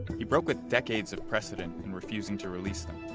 he broke with decades of precedent in refusing to release them.